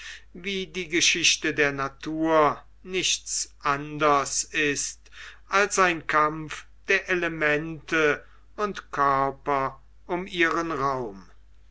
wie die geschichte der natur nichts anderes ist als ein kampf der elemente und körper um ihren raum